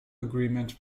agreement